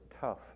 tough